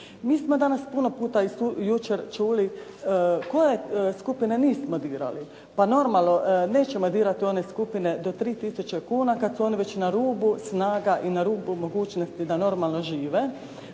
Mi smo danas puno puta i jučer čuli koja skupine nismo dirali. Pa normalno, nećemo dirati one skupine do 3 tisuće kuna, kad su oni već na rubu snaga i na rubu mogućnosti da normalno žive,